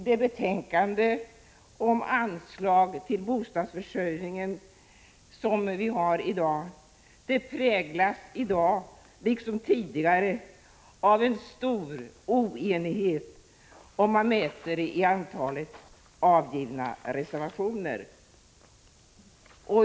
Det betänkande om anslag till bostadsförsörjningen som vi nu behandlar präglas liksom tidigare betänkanden i den frågan av stor oenighet, om man mäter i antalet avgivna reservationer.